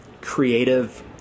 creative